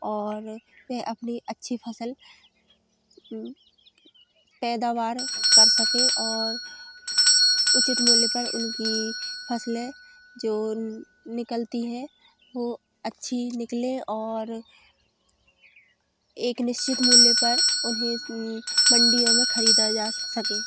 और वह अपनी अच्छी फसल पैदावार कर सकें और उचित मूल्य पर उनकी फसलें जो निकलती हैं वो अच्छी निकलें और एक निश्चित मूल्य पर उन्हें मंडीयों में खरीदा जा सके